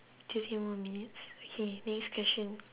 thirty more minutes okay next question